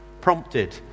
Prompted